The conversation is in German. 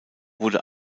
wurde